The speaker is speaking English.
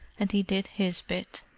and he did his bit,